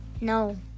No